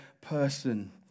person